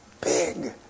big